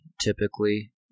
typically